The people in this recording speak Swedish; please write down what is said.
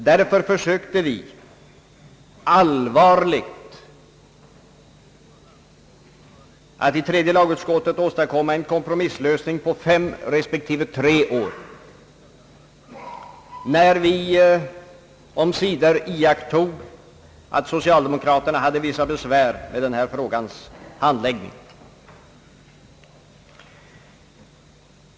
Därför försökte vi allvarligt att i tredje lagutskottet åstadkomma en kompromisslösning på fem respektive tre år, när vi omsider iakttog att socialdemokraterna hade vissa 'besvär med .denna frågas hand läggning.